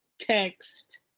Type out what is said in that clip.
text